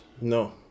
No